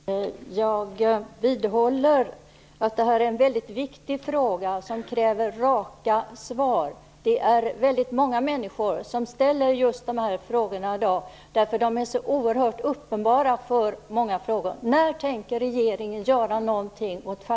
Fru talman! Jag vidhåller att det här är en väldigt viktig fråga som kräver raka svar. Det är väldigt många människor som ställer just de här frågorna i dag, därför att de är så oerhört uppenbara för många.